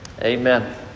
Amen